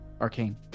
Arcane